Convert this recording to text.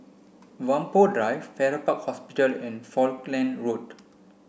Whampoa Drive Farrer Park Hospital and Falkland Road